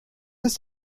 ist